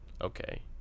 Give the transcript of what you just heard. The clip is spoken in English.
Okay